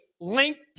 linked